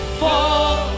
fall